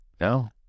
No